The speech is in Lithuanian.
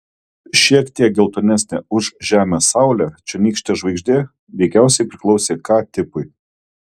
šiek tiek geltonesnė už žemės saulę čionykštė žvaigždė veikiausiai priklausė k tipui